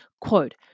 quote